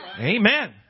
Amen